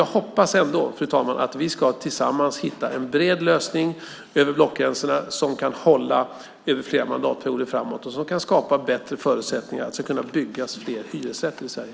Jag hoppas ändå att vi tillsammans ska hitta en bred lösning över blockgränserna som kan hålla över flera mandatperioder framåt och som kan skapa bättre förutsättningar för att det ska byggas fler hyresrätter i Sverige.